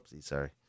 sorry